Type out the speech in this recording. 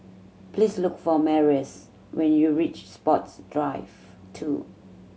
please look for Marius when you reach Sports Drive Two